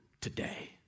today